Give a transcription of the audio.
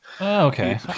Okay